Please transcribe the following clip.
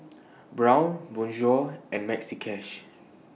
Braun Bonjour and Maxi Cash